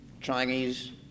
Chinese